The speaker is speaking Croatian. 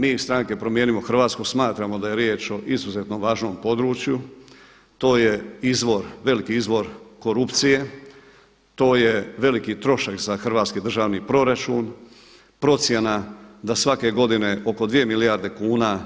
Mi iz stranke Promijenimo Hrvatsku smatramo da je riječ o izuzetno važnom području, to je izvor, veliki izvor korupcije, to je veliki trošak za hrvatski državni proračun, procjena da svake godine oko 2 milijarde kuna